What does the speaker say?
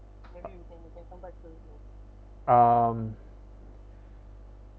um